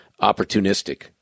opportunistic